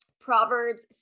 Proverbs